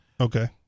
Okay